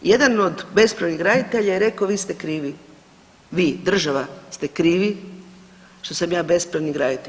Jedan od bespravnih graditelja je rekao vi ste krivi, vi država ste krivi što sam ja bespravni graditelj.